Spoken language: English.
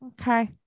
Okay